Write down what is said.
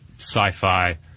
sci-fi